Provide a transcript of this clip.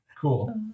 Cool